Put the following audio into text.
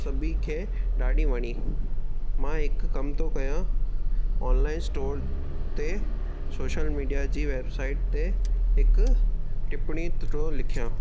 सभी खे ॾाढी वणी मां हिकु कम थो कयां ऑनलाइन स्टोर ते सोशल मीडिया जी वैबसाइट ते हिकु टिपणी थो लिखिया